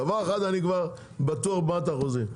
דבר אחד אני בטוח במאת האחוזים,